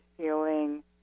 feeling